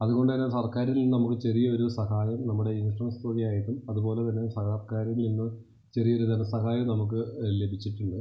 അതുകൊണ്ട് തന്നെ സർക്കാരിൽ നമുക്ക് ചെറിയൊരു സഹായം നമ്മുടെ ഇൻഷുറൻസ് തുകയായിട്ടും അതുപോലെ തന്നെ സർക്കാരിൽ നിന്ന് ചെറിയൊരു ധന സഹായം നമുക്ക് ലഭിച്ചിട്ടുണ്ട്